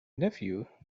nephew